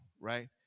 right